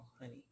honey